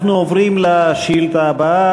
אנחנו עוברים לשאילתה הבאה,